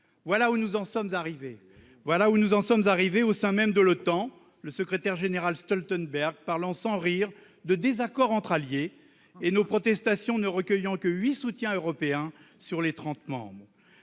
de la violence. Voilà où nous en sommes arrivés ! Au sein même de l'OTAN, le secrétaire général Stoltenberg parle sans rire de « désaccord entre alliés », nos protestations ne recueillant que huit soutiens européens sur les trente membres.